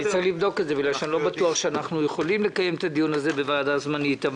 אני לא בטוח שאנחנו יכולים לקיים את הדיון הזה בוועדה זמנית.